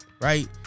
right